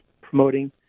promoting